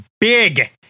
big